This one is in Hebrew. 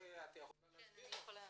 את יכולה להסביר?